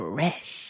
Fresh